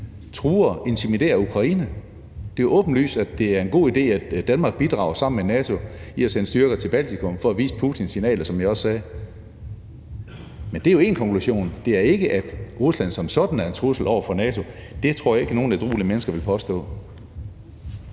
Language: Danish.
truer og intimiderer Ukraine. Det er jo åbenlyst, at det er en god idé, at Danmark bidrager sammen med NATO med at sende styrker til Baltikum for at vise nogle signaler over for Putin, som jeg også sagde. Men det er jo én konklusion; det er ikke, at Rusland som sådan er en trussel over for NATO – det tror jeg ikke at nogen ædruelige mennesker vil påstå.